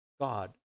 God